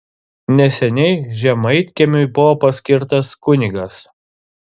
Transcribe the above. neseniai žemaitkiemiui buvo paskirtas kunigas